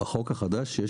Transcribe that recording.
בחוק החדש?